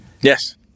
Yes